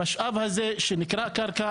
המשאב הזה שנקרא קרקע,